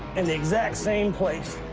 in the exact same place.